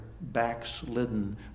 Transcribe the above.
backslidden